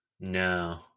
No